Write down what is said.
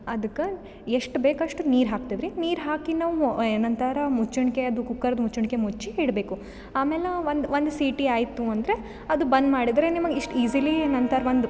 ಅದಕ್ಕೆ ಎಷ್ಟು ಬೇಕಷ್ಟು ನೀರು ಹಾಕ್ತಿವ್ರಿ ನೀರು ಹಾಕಿ ನಾವು ಏನಂತರ ಮುಚ್ಚಣಿಕೆ ಅದು ಕುಕ್ಕರ್ದು ಮುಚ್ಚಣಿಕೆ ಮುಚ್ಚಿ ಇಡಬೇಕು ಆಮೇಲೆ ಒಂದು ಒಂದು ಸೀಟಿ ಆಯಿತು ಅಂದರೆ ಅದು ಬಂದ್ ಮಾಡಿದರೆ ನಿಮಗೆ ಇಷ್ಟು ಈಜೀಲಿ ನಂತರ ಒಂದು